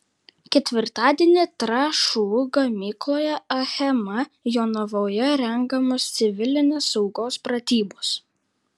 ketvirtadienį trąšų gamykloje achema jonavoje rengiamos civilinės saugos pratybos